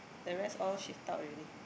the rest all shift out already